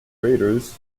craters